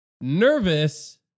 nervous